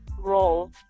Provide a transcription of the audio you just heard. roll